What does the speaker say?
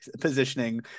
positioning